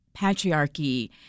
patriarchy